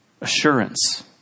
assurance